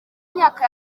myaka